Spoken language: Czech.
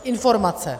Informace.